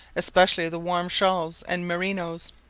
especially the warm shawls and merinos.